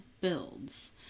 Builds